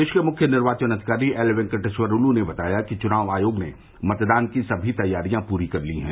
प्रदेश के मुख्य निर्वाचन अधिकारी एलवेंकटेश्वर लू ने बताया कि चुनाव आयोग ने मतदान की समी तैयारियां पूरी कर ली है